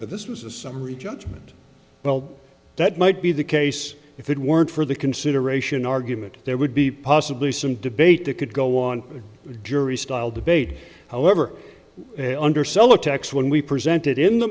but this was a summary judgment well that might be the case if it weren't for the consideration argument there would be possibly some debate that could go on a jury style debate however undersell attacks when we presented in the